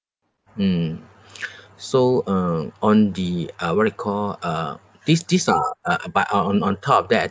mm so uh on the uh what do you call uh this this uh uh but on on on top of that